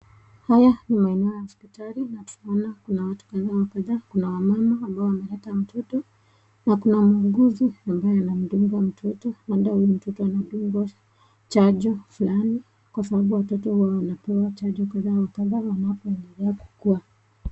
Haya ni maeneo ya hospitali na tunaona kuna watu kadha wa kadha. Kuna wamama ambao wameleta mtoto na kuna muuguzi ambaye anambeba mtoto ambaye ni mtoto mdogo chanjo fulani kwa sababu watoto huwa wanapewa chanjo kadha wa kadha wanapoendelea kukua.